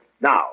Now